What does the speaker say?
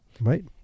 Right